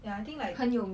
ya I think like